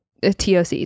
TOC